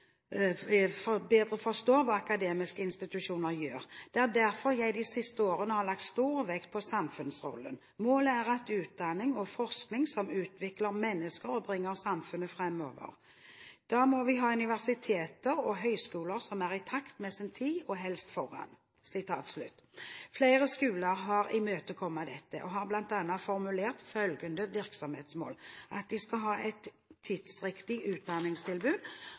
gjør. Det er derfor jeg de siste par årene har lagt stor vekt på samfunnsrollen. Målet er utdanning og forskning som utvikler menneskene og bringer samfunnet framover. Da må vi ha universiteter og høyskoler som er i takt med sin tid, og helst foran.» Flere skoler har imøtekommet dette og bl.a. formulert følgende virksomhetsmål: De skal ha et tidsriktig utdanningstilbud,